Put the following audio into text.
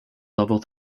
level